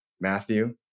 Matthew